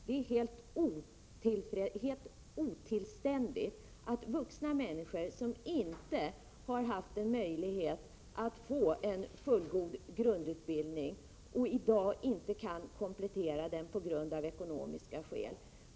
Det är helt otillständigt att vuxna människor, som inte har haft möjlighet att få en fullgod grundutbildning, i dag av ekonomiska skäl inte kan komplettera den.